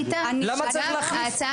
למה צריך להחליף?